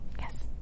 Yes